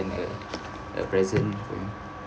and a a present for him